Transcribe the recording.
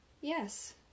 Yes